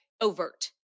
overt